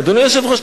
אדוני היושב-ראש,